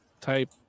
type